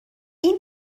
این